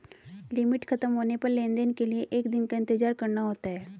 limit खत्म होने पर लेन देन के लिए एक दिन का इंतजार करना होता है